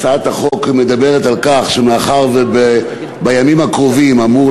הצעת החוק מדברת על כך שמאחר שבימים הקרובים אמור